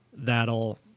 that'll